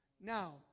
Now